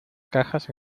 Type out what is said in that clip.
cajas